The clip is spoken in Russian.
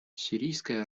сирийская